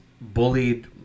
bullied